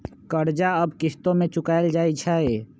कर्जा अब किश्तो में चुकाएल जाई छई